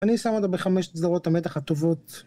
אני שם אותה בחמשת סדרות המתח הטובות